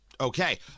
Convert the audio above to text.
okay